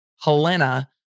helena